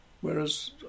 whereas